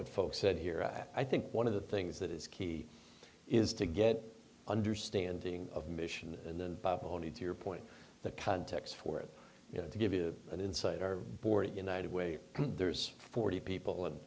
what folks said here at i think one of the things that is key is to get understanding of mission and then only to your point the context for it you know to give you an insight or board united way there's forty people and